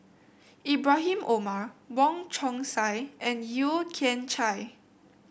Ibrahim Omar Wong Chong Sai and Yeo Kian Chai